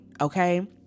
okay